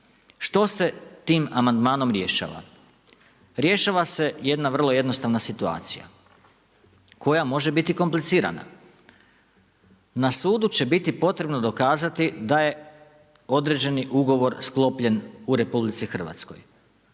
Što se tim amandman rješava? Rješava se jedna vrlo jednostavna situacija, koja može komplicirana. Na sudu će biti potrebno dokazati da je određeni ugovor sklopljen u RH.